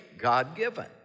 God-given